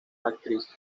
actriz